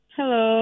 Hello